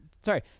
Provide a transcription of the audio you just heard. sorry